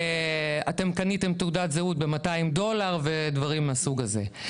"אתם קניתם תעודת זהות ב-200 דולר" ודברים מהסוג הזה.